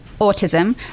autism